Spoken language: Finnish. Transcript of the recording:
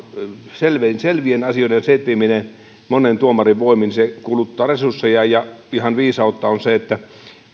selvien selvien asioiden setviminen monen tuomarin voimin kuluttaa resursseja ja ihan viisautta on se että